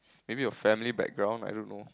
maybe your family background I don't know